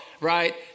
right